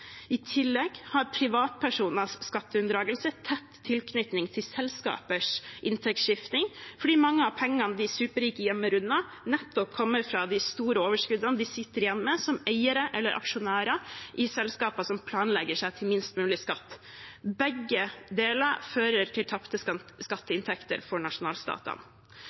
I tillegg har privatpersoners skatteunndragelse tett tilknytning til selskapers inntektsskifting, fordi mange av pengene de superrike gjemmer unna, nettopp kommer fra de store overskuddene de sitter igjen med som eiere eller aksjonærer i selskaper som planlegger seg til minst mulig skatt. Begge deler fører til tapte skatteinntekter for nasjonalstatene.